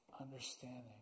understanding